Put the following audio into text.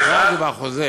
ובחוזה,